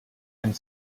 and